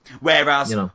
Whereas